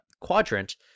quadrant